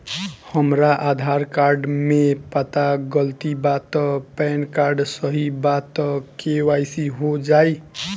हमरा आधार कार्ड मे पता गलती बा त पैन कार्ड सही बा त के.वाइ.सी हो जायी?